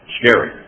Scary